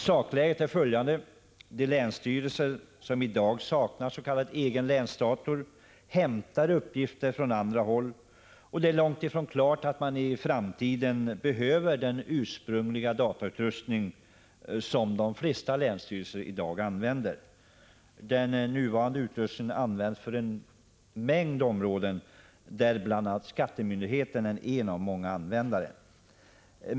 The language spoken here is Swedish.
Sakläget är följande: De länsstyrelser som i dag saknar s.k. egenlänsdator hämtar uppgifter från andra håll, och det är långt ifrån klart att man i framtiden behöver den ursprungliga datautrustning som de flesta länsstyrelser i dag använder. Den nuvarande utrustningen används för en mängd områden, varibland skattemyndigheten är en av många användare.